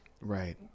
Right